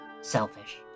selfish